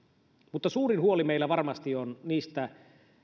mutta suurin huoli meillä varmasti on niistä